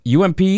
UMP